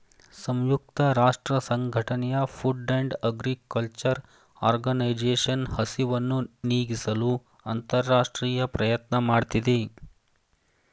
ಸಂಯುಕ್ತ ರಾಷ್ಟ್ರಸಂಘಟನೆಯ food and agriculture organisation ಹಸಿವನ್ನು ನೀಗಿಸಲು ಅಂತರರಾಷ್ಟ್ರೀಯ ಪ್ರಯತ್ನ ಮಾಡ್ತಿದೆ